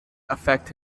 affect